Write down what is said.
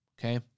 okay